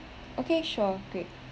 okay sure great